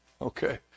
Okay